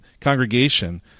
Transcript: congregation